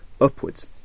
upwards